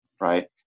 right